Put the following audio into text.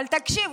אבל תקשיב.